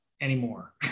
anymore